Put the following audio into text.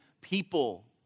people